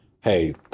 Hey